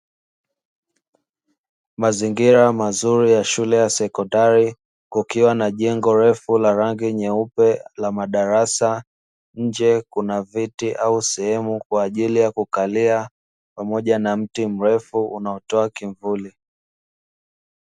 Mazingira mazuri ya shule ya sekondari kukiwa na jengo refu la rangi nyeupe la madarasa nje kuna viti au sehemu kwa ajili ya kukalia pamoja na mti mrefu unaotoa kivuli.